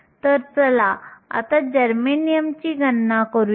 तर चला आता जर्मेनियमची गणना करूया